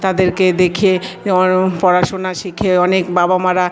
তাদেরকে দেখে পড়াশোনা শিখে অনেক বাবা মারা